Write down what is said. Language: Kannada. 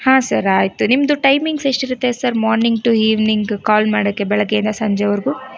ಹಾಂ ಸರ್ ಆಯಿತು ನಿಮ್ಮದು ಟೈಮಿಂಗ್ಸ್ ಎಷ್ಟಿರುತ್ತೆ sir morning to evening call ಮಾಡೋಕೆ ಬೆಳಗ್ಗೆಯಿಂದ ಸಂಜೆವರೆಗು